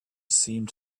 seemed